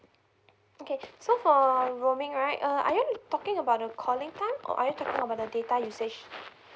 okay so for roaming right uh are you talking about the calling time or are you talking about the data usage